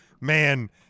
Man